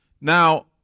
Now